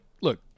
look